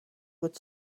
would